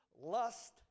lust